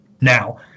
Now